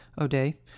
O'Day